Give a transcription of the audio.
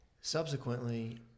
subsequently